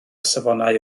safonau